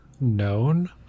known